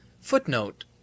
Footnote